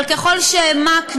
אבל ככל שהעמקנו,